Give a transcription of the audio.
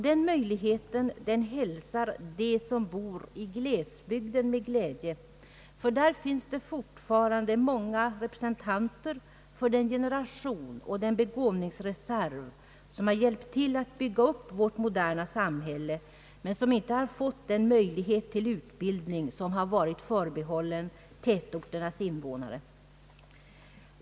Den möjligheten hälsar de som bor i glesbygden med glädje, ty där finns det fortfarande många representanter för den generation och den begåvningsreserv som har hjälpt till att bygga upp vårt moderna samhälle men som inte har fått den möjlighet till utbildning som har varit förbehållen tätorternas invånare.